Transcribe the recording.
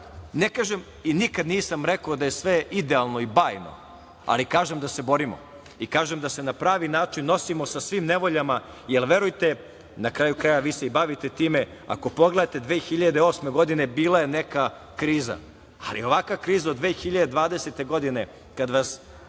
ne kažem i nikad nisam rekao da je sve idealno i bajno, ali kažem da se borimo i kažem da se na pravi način nosimo sa svim nevoljama, jer verujte, na kraju krajeva vi se i bavite time, ako pogledate 2008. godine bila je neka kriza, ali ovakva kriza od 2020. godine kad vas